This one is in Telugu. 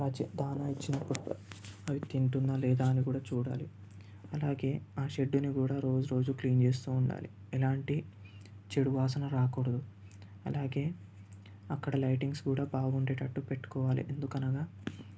ఆ చి దాణ ఇచ్చినప్పుడు అవి తింటుందా లేదా కూడా చూడాలి అలాగే ఆ షెడ్డును కూడా రోజు రోజు క్లీన్ చేస్తూ ఉండాలి ఎలాంటి చెడు వాసన రాకూడదు అలాగే అక్కడ లైటింగ్స్ కూడా బాగుండేటట్టు పెట్టుకోవాలి ఎందుకు అనగా